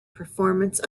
performance